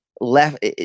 left